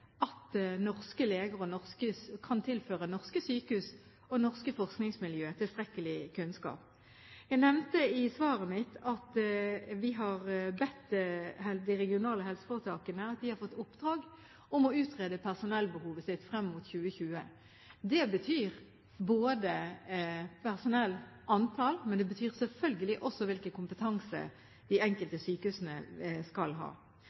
norske leger kan tilføre norske sykehus og norske forskningsmiljøer tilstrekkelig kunnskap. Jeg nevnte i svaret mitt at vi har bedt de regionale helseforetakene om å utrede personellbehovet sitt frem mot 2020. Det betyr både antall personell, og det betyr selvfølgelig også hvilken kompetanse de enkelte sykehusene skal ha.